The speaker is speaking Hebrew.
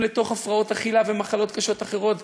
לתוך הפרעות אכילה ומחלות קשות אחרות,